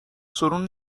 سورون